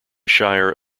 shire